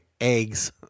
Eggs